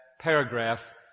paragraph